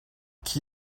qui